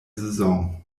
saison